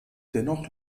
dennoch